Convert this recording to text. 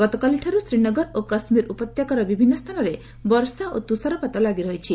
ଗତକାଲିଠାର୍ଚ ଶ୍ରୀନଗର ଓ କାଶ୍ମୀର ଉପତ୍ୟକାର ବିଭିନ୍ନ ସ୍ଥାନରେ ବର୍ଷା ଓ ତୁଷାରପାତ ଲାଗିରହିଛି